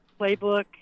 playbook